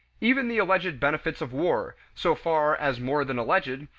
even the alleged benefits of war, so far as more than alleged,